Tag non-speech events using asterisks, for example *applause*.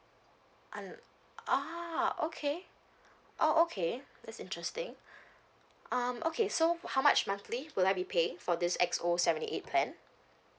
um ah okay oh okay that's interesting *breath* um okay so how much monthly will I be paying for this X O seventy eight plan